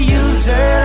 user